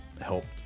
helped